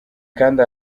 kandi